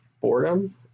boredom